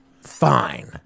Fine